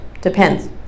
depends